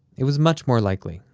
it was much more likely,